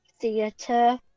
theatre